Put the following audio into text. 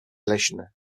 leśne